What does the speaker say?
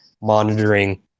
monitoring